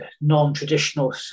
non-traditional